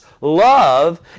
love